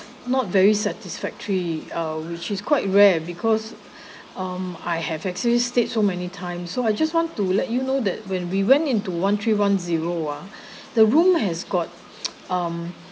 not very satisfactory uh which is quite rare because um I have actually stayed so many times so I just want to let you know that when we went into one three one zero ah the room has got um